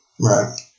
Right